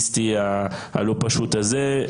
הלוגיסטי הלא פשוט הזה,